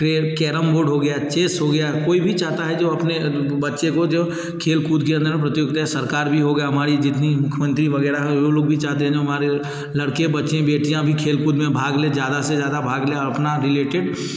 carrom board हो गया chess हो गया कोई भी चाहता है जो अपने बच्चे को जो खेल कूद के अन्दर में प्रतियोगिता सरकार भी हो गया हमारी जितनी मुख्यमंत्री वगैरह हैं वो लोग भी चाहते हैं हमारे लड़के बच्चे बेटियाँ भी खेल कूद में भाग लें ज़्यादा से ज़्यादा भाग लें और अपना रिलेटेड